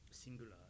Singular